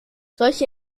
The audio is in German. solche